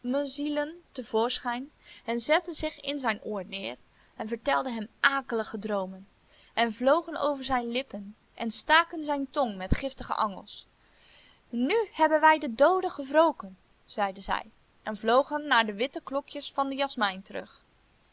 te voorschijn en zetten zich in zijn oor neer en vertelden hem akelige droomen en vlogen over zijn lippen en staken zijn tong met giftige angels nu hebben wij de dooden gewroken zeiden zij en vlogen naar de witte klokjes van de jasmijn terug